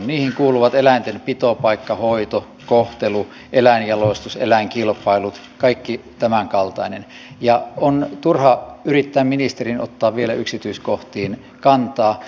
niihin kuuluvat eläinten pitopaikka hoito kohtelu eläinjalostus eläinkilpailut kaikki tämänkaltainen ja on turha yrittää ministerin ottaa vielä yksityiskohtiin kantaa